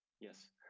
Yes